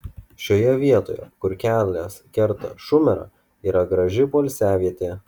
šioje vietoje kur kelias kerta šumerą yra graži poilsiavietė